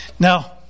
Now